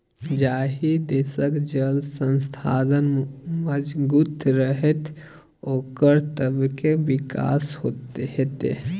जाहि देशक जल संसाधन मजगूत रहतै ओकर ततबे विकास हेतै